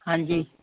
ਹਾਂਜੀ